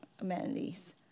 amenities